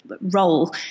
role